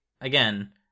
again